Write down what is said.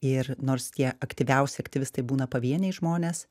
ir nors tie aktyviausi aktyvistai būna pavieniai žmonės